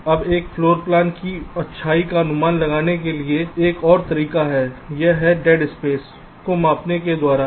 अब एक floor plan की अच्छाई का अनुमान लगाने का एक और तरीका है यह डेड स्पेस को मापने के द्वारा है